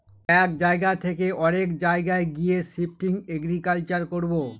এক জায়গা থকে অরেক জায়গায় গিয়ে শিফটিং এগ্রিকালচার করবো